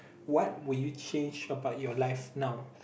what will you change about your life now